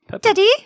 Daddy